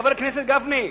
חבר הכנסת גפני,